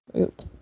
oops